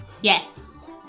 Yes